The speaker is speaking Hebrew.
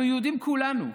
אנחנו יהודים כולנו.